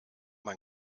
man